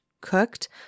cooked